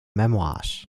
memoirs